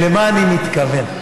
ולמה אני מתכוון?